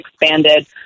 expanded